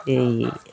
এই